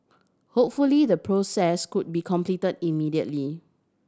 hopefully the process could be complete immediately